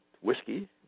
whiskey